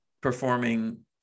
performing